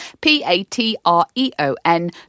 p-a-t-r-e-o-n